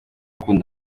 rukundo